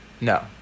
No